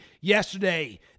yesterday